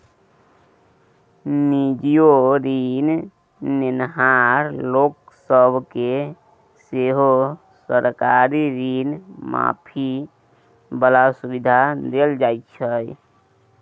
निजीयो ऋण नेनहार लोक सब केँ सेहो सरकारी ऋण माफी बला सुविधा देल जाइ छै